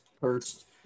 first